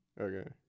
Okay